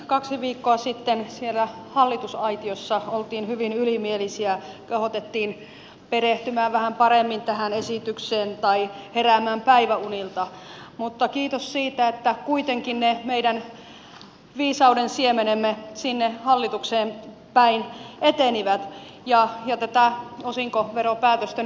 kaksi viikkoa sitten siellä hallitusaitiossa oltiin hyvin ylimielisiä kehotettiin perehtymään vähän paremmin tähän esitykseen tai heräämään päiväunilta mutta kiitos siitä että kuitenkin ne meidän viisauden siemenemme sinne hallitukseen päin etenivät ja tätä osinkoveropäätöstä nyt on muutettu